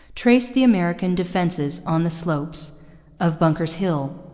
traced the american defences on the slopes of bunker's hill.